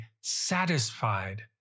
satisfied